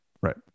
Right